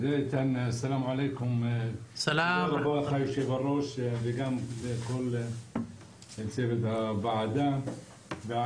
שלום לכולם, תודה לך ולצוות הוועדה על